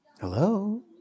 Hello